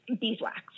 beeswax